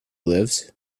lives